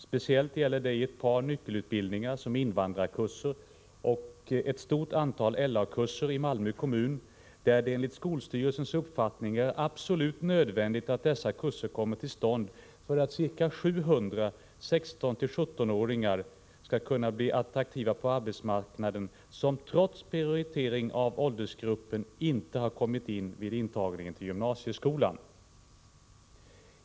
Speciellt gäller detta i ett par nyckelutbildningar, som invandrarkurser och ett stort antal LA-kurser i Malmö kommun, där det enligt skolstyrelsens uppfattning är absolut nödvändigt att kurserna kommer till stånd för att ca 700 16 till 17-åringar skall kunna bli attraktiva på arbetsmarknaden — ungdomar som trots prioritering av den åldersgruppen vid intagningen inte har kommit in i gymnasieskolan.